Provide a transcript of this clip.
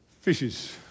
fishes